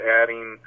adding